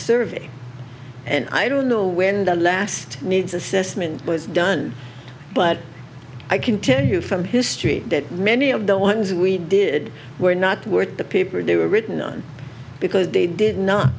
survey and i don't know where the last needs assessment was done but i can tell you from history that many of the ones we did were not worth the paper they were written on because they did not